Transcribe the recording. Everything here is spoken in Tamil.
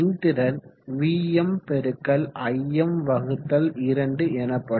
மின்திறன் Vm × Im2 எனப்படும்